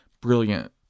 Brilliant